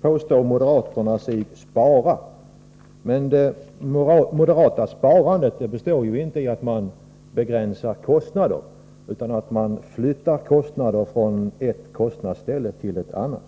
påstår moderaterna sig spara, men det moderata sparandet består ju inte i att man begränsar kostnader utan i att man flyttar kostnader från ett kostnadsställe till ett annat.